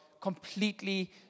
completely